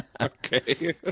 Okay